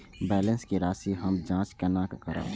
Balance के राशि हम जाँच केना करब?